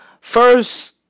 First